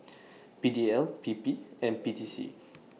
P D L P P and P T C